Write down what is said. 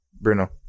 Bruno